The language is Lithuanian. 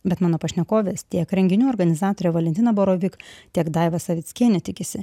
bet mano pašnekovės tiek renginių organizatorė valentina borovik tiek daiva savickienė tikisi